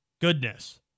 goodness